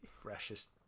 freshest